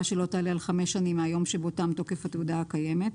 שלא תעלה על חמש שנים מהיום שבו תם תוקף התעודה הקיימת.